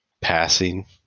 passing